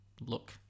look